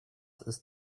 ist